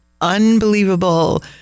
unbelievable